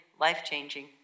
life-changing